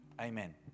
Amen